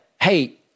hey